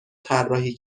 طراحی